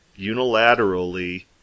unilaterally